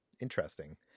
interesting